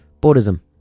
Buddhism